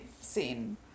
seen